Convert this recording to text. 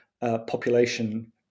Population